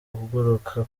uguruka